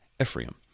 Ephraim